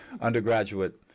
undergraduate